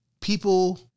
people